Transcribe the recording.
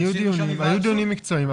היו דיונים מקצועיים,